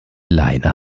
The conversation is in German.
leine